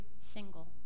single